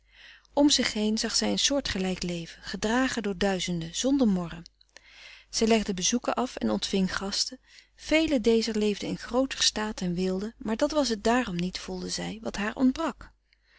om zich heen zag zij een soortgelijk leven gedragen door duizenden zonder morren zij legde bezoeken af en ontving gasten velen dezer leefden in grooter staat en weelde maar dat was t daarom niet voelde zij wat haar ontbrak